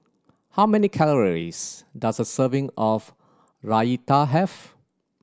how many calories does a serving of Raita have